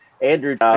Andrew